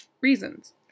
reasons